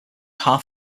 half